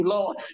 Lord